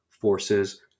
forces